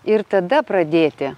ir tada pradėti